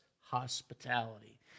hospitality